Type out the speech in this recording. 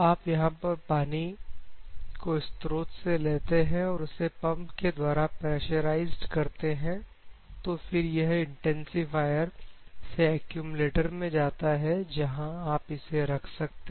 आप यहां पर पानी को स्त्रोत से लेते हैं और उसे पंप के द्वारा प्रेशराइज्ड करते हैं तो फिर यह इंटेंसिफायर से एक्यूमलेटर में जाता है जहां आप इसे रख सकते हैं